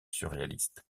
surréaliste